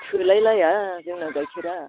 थोलाय लाया जोंना गायखेरा